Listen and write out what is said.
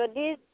যদি